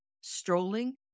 strolling